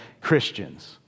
Christians